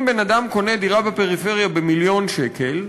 אם בן-אדם קונה דירה בפריפריה במיליון שקל,